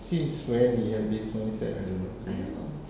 since when he has this mindset